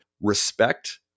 respect